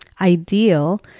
ideal